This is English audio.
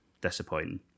Disappointing